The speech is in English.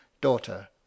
daughter